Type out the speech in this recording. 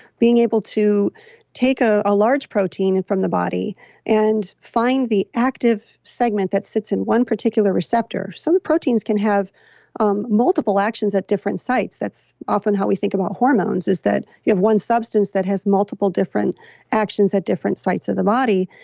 being able to take a ah large protein and from the body and find the active segment that sits in one particular receptor. so some proteins can have um multiple actions at different sites. that's often how we think about hormones is that you have one substance that has multiple different actions at different different sites of the body,